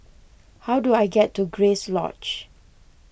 how do I get to Grace Lodge